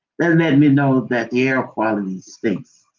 that and let me know that air quality stinks.